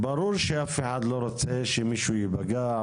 ברור שאף אחד לא רוצה שמישהו ייפגע,